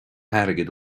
airgead